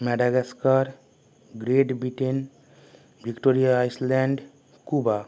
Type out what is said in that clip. Madagascar Great Britain Victoria Iceland Quba